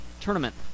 Tournament